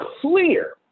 clear